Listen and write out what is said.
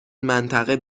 منطقه